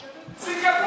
סינגפור.